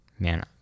Man